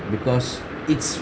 because it's